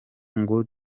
ngo